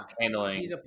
handling